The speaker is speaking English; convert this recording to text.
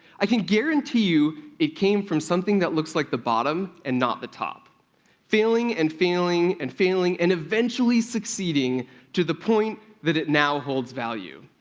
i can guarantee you it came from something that looks like the bottom and not the top failing and failing and failing and eventually succeeding to the point that it now holds value,